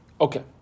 okay